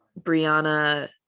brianna